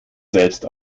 selbst